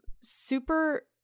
super –